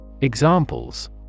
Examples